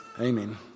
amen